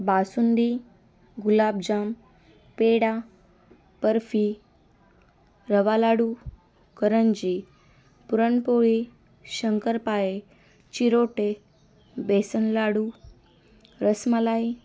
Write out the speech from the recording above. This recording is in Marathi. बासुंदी गुलाबजाम पेढा बर्फी रवा लाडू करंजी पुरणपोळी शंकरपाळे चिरोटे बेसन लाडू रसमलाई